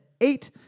eight